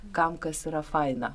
kam kas yra faina